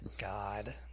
god